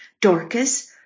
Dorcas